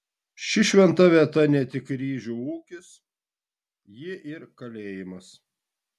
ši šventa vieta ne tik ryžių ūkis ji ir kalėjimas